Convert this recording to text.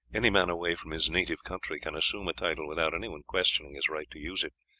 any man away from his native country can assume a title without anyone questioning his right to use it,